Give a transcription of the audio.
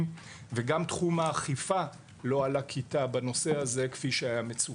וגם תחום האכיפה לא עלה כיתה בנושא הזה כפי שהיה מצופה.